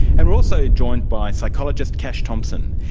and we're also joined by psychologist kash thompson.